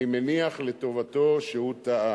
אני מניח לטובתו שהוא טעה.